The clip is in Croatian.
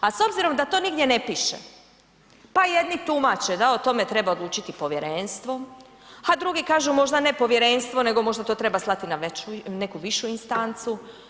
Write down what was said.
A s obzirom da to nigdje ne piše pa jedni tumače da o tome treba odlučiti povjerenstvo, a drugi kažu možda ne povjerenstvo nego možda to treba slati na neku višu instancu.